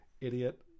Idiot